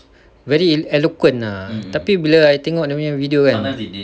very eloquent ah tapi bila I tengok dia nya video kan